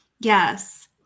Yes